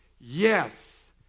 Yes